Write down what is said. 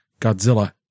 Godzilla